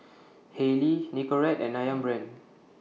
Haylee Nicorette and Ayam Brand